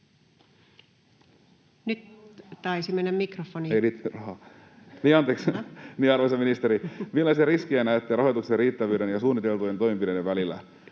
rahat... [Puhujan mikrofoni sulkeutuu] Anteeksi. — Arvoisa ministeri, millaisia riskejä näette rahoituksen riittävyyden ja suunniteltujen toimenpiteiden välillä?